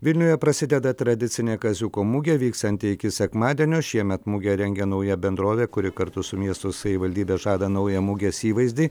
vilniuje prasideda tradicinė kaziuko mugė vyksianti iki sekmadienio šiemet mugę rengia nauja bendrovė kuri kartu su miesto savivaldybe žada naują mugės įvaizdį